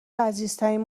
عزیزترین